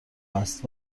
است